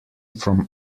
from